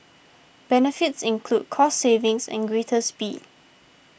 benefits include cost savings and greater speed